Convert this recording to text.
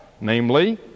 namely